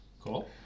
Cool